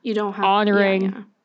honoring